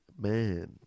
man